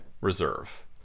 Reserve